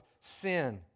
sin